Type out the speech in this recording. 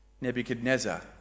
Nebuchadnezzar